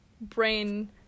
brain